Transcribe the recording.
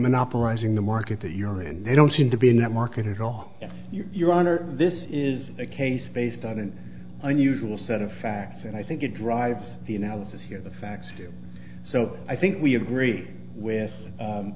monopolizing the market that you're and they don't seem to be in that market at all your honor this is a case based on an unusual set of facts and i think it drives the analysis here the facts do so i think we agree with